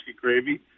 gravy